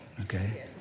okay